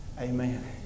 Amen